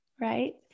right